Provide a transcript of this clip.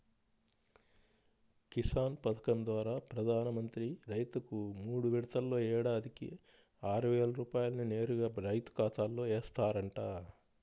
కిసాన్ పథకం ద్వారా ప్రధాన మంత్రి రైతుకు మూడు విడతల్లో ఏడాదికి ఆరువేల రూపాయల్ని నేరుగా రైతు ఖాతాలో ఏస్తారంట